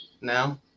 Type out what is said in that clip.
now